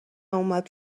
اومد